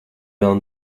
vēl